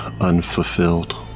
unfulfilled